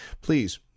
please